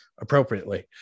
appropriately